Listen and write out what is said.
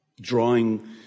drawing